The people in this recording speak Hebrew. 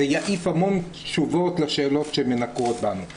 זה ייתן המון תשובות לשאלות שמנקרות בנו.